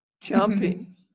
jumping